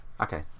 Okay